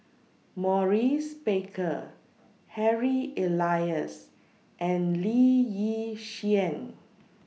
Maurice Baker Harry Elias and Lee Yi Shyan